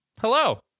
hello